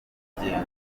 kugenda